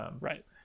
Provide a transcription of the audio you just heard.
Right